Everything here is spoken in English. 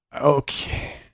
Okay